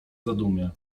zadumie